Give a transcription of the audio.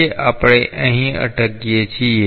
આજે આપણે અહીં અટકીએ છીએ